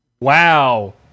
wow